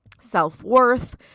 self-worth